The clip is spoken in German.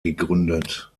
gegründet